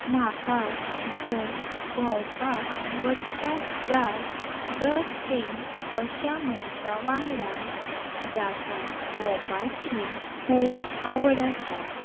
म्हाका जर भोंवपाक वचपाक जाय तर तें अशा मनशा वांगडा जाका भोंवपाची खूब आवड आसा